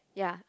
ya